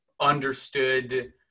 understood